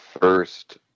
first